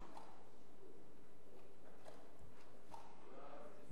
הצעת ועדת הכספים בדבר חלוקת הצעת חוק לתיקון